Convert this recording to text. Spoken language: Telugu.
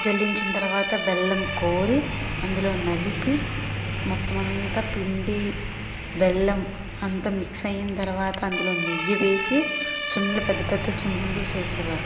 జల్లించిన తర్వాత బెల్లం కోరి అందులో నలిపి మొత్తమంతా పిండి బెల్లం అంతా మిక్స్ అయిన తర్వాత అందులో నెయ్యి వేసి సున్నుండ్లు పెద్ద పెద్ద సున్నుండ్లు చేసేవారు